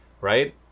right